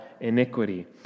iniquity